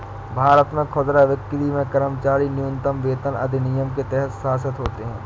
भारत में खुदरा बिक्री में कर्मचारी न्यूनतम वेतन अधिनियम के तहत शासित होते है